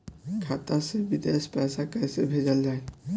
खाता से विदेश पैसा कैसे भेजल जाई?